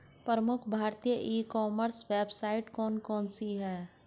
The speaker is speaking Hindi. प्रमुख भारतीय ई कॉमर्स वेबसाइट कौन कौन सी हैं?